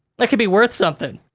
that could be worth something,